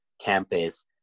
campus